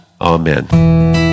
Amen